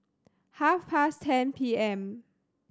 half past ten P M